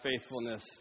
faithfulness